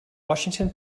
washington